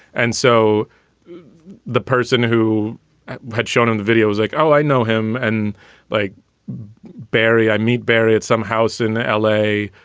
and so the person who had shown on the video was like, oh, i know him and like barry, i meet barry at some house in l a.